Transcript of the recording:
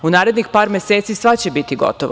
U narednih par meseci sva će biti gotova.